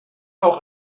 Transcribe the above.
auch